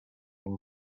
and